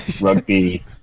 rugby